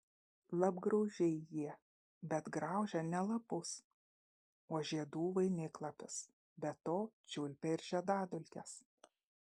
lapgraužiai jie bet graužia ne lapus o žiedų vainiklapius be to čiulpia ir žiedadulkes